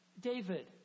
David